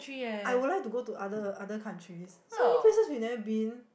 I would like to go to other other countries so any places we never been